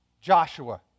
Joshua